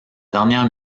dernière